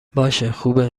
باشهخوبه